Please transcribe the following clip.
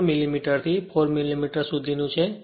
4 મિલીમીટરથી 4 મિલીમીટર સુધીની છે